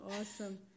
awesome